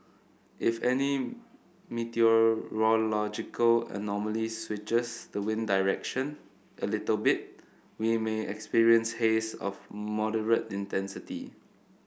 if any meteorological anomaly switches the wind direction a little bit we may experience haze of moderate intensity